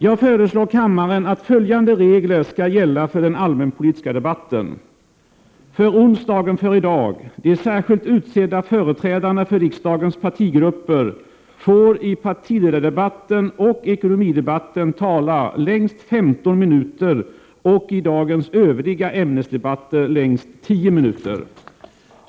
Jag föreslår kammaren att följande regler skall gälla för den allmänpolitiska debatten: De särskilt utsedda företrädarna för riksdagens partigrupper får i partiledardebatten och ekonomidebatten tala längst 15 minuter och i dagens övriga ämnesdebatter längst tio minuter.